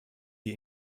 die